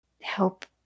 help